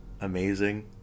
amazing